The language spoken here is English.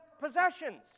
possessions